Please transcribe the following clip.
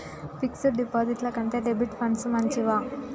Fix డ్ డిపాజిట్ల కంటే డెబిట్ ఫండ్స్ మంచివా?